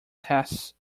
tests